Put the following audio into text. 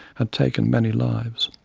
had taken many lives.